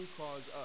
cause